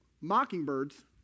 mockingbirds